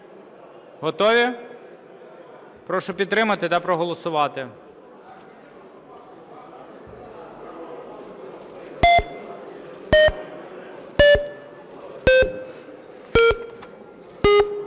Готові? Прошу підтримати та проголосувати.